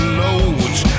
loads